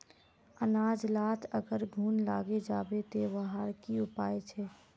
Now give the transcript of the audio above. अनाज लात अगर घुन लागे जाबे ते वहार की उपाय छे?